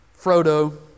Frodo